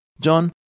John